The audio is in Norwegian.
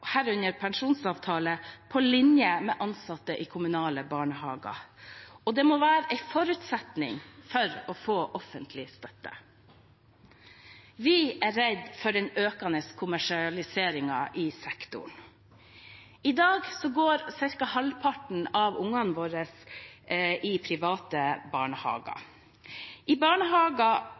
herunder pensjonsavtale, på linje med ansatte i kommunale barnehager. Dette må være en forutsetning for å få offentlig støtte. Vi er redd for den økende kommersialiseringen i sektoren. I dag går ca. halvparten av barna som går i private barnehager, i barnehager